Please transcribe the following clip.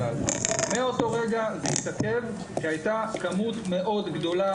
מאותו רגע זה התעכב כי היתה כמות מאוד גדולה